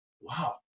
wow